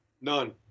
None